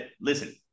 Listen